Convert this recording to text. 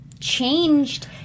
Changed